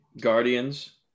Guardians